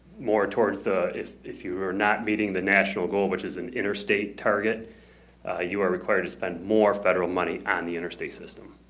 more towards the if if you are not meeting the national goal which is an interstate target ah you are required to spend more federal money on the interstate system